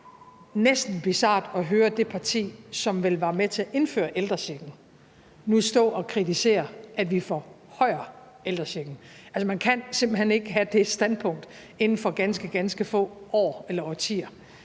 det jo næsten bizart at høre det parti, som vel var med til at indføre ældrechecken, nu stå at kritisere, at vi forhøjer ældrechecken. Altså, man kan simpelt hen ikke have det standpunkt inden for ganske, ganske få år eller årtier.